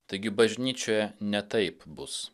taigi bažnyčioje ne taip bus